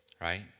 right